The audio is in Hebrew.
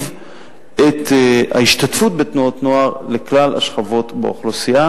את ההשתתפות בתנועות נוער לכלל השכבות באוכלוסייה,